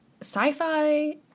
sci-fi